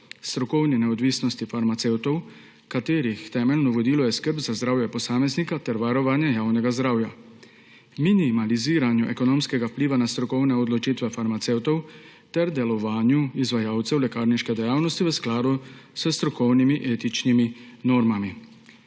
strokovne neodvisnosti farmacevtom, katerih temeljno vodilo je skrb za zdravje posameznika ter varovanje javnega zdravja, minimaliziranje ekonomskega vpliva na strokovne odločitve farmacevtov ter delovanje izvajalcev lekarniške dejavnosti v skladu s strokovnimi, etičnimi normami.